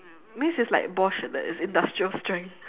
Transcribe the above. means it's like bosch like that it's industrial strength